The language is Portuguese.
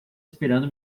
esperando